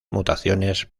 mutaciones